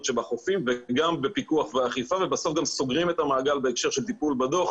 בחופים וגם בפיקוח ואכיפה ובסוף גם סוגרים את המעגל בהקשר של הדוח,